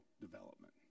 development